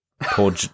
poor